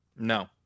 no